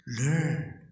learn